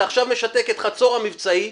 אתה עכשיו משתק את חצור המבצעי,